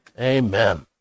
Amen